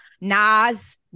Nas